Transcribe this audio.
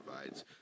provides